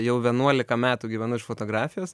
jau vienuolika metų gyvenu iš fotografijos